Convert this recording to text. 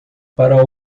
para